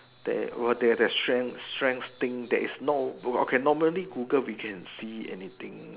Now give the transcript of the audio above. there !wah! there there strength strength thing that is no okay normally Google we can see anything